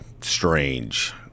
strange